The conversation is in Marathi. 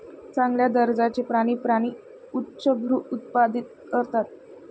चांगल्या दर्जाचे प्राणी प्राणी उच्चभ्रू उत्पादित करतात